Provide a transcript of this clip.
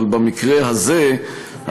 אבל במקרה הזה,